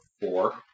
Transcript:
four